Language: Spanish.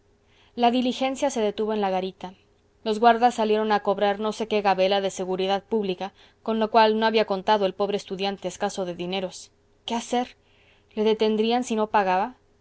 la diligencia se detuvo en la garita los guardas salieron a cobrar no sé qué gabela de seguridad pública con lo cual no había contado el pobre estudiante escaso de dineros qué hacer le detendrían si no pagaba